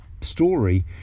story